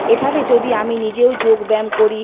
এভাবে যদি আমি নিজেও যোগব্যায়াম করি